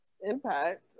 impact